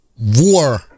war